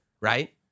right